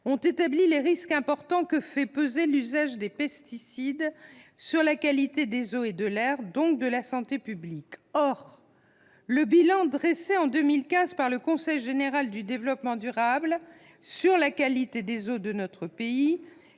ont établi les risques importants que fait peser l'usage des pesticides sur la qualité des eaux et de l'air, donc sur la santé publique. Or le bilan dressé en novembre 2015 par le Conseil général de l'environnement et du développement durable sur la qualité des eaux de notre pays